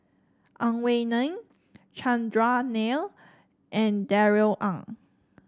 Ang Wei Neng Chandran Nair and Darrell Ang